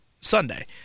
Sunday